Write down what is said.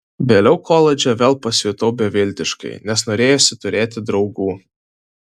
vėliau koledže vėl pasijutau beviltiškai nes norėjosi turėti draugų